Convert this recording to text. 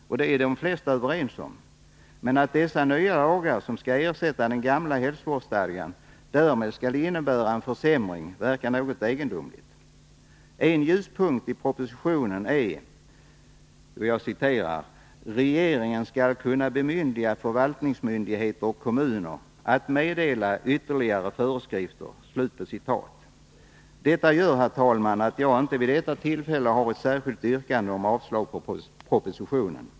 Det är också de flesta överens om. Men det verkar något egendomligt att de nya lagar som skall ersätta den gamla hälsovårdsstadgan skall innebära en försämring. En ljuspunkt i propositionen är att där står att ”regeringen skall kunna bemyndiga förvaltningsmyndigheter och kommuner att meddela ytterligare föreskrifter”. Detta gör, herr talman, att jag inte vid detta tillfälle har ett särskilt yrkande om avslag på propositionen.